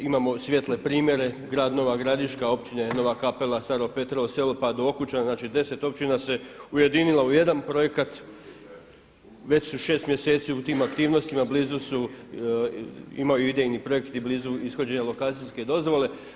Imamo svjetle primjere grad Nova Gradiška, Općina Nova Kapela, Staro Petrovo selo pa do Okučana, znači deset općina se ujedinilo u jedan projekat, već su šest mjeseci u tim aktivnostima, imaju idejni projekt i blizu ishođenja lokacijske dozvole.